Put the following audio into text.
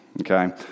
Okay